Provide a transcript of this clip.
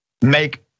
make